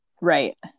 Right